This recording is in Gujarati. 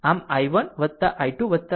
આમ i1 i2 10